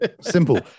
Simple